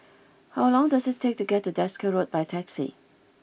how long does it take to get to Desker Road by taxi